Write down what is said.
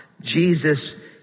Jesus